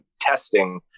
testing